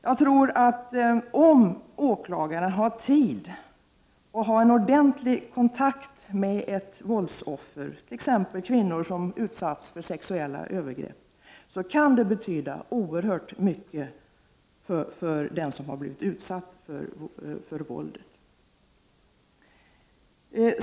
Jag tror att om åklagaren har tid och kan ha en ordentlig kontakt med ett våldsoffer, t.ex. en kvinna som har utsatts för sexuella övergrepp, kan detta betyda oerhört mycket för den som blivit utsatt för våldet.